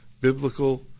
biblical